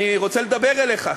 אני רוצה לדבר אליך.